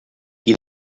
qui